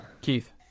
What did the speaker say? Keith